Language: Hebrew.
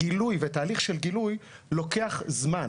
גילוי ותהליך של גילוי לוקח זמן.